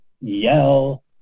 yell